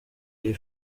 iyi